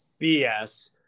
BS